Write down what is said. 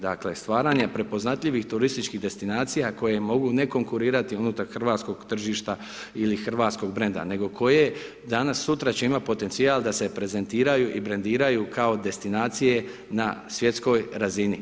Dakle stvaranja prepoznatljivih turističkih destinacija koje mogu ne konkurirati unutar hrvatskog tržišta ili hrvatskog brenda, nego koje danas sutra će imati potencijal da se prezentiraju i brendiraju kao destinacije na svjetskog razini.